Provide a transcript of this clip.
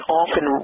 often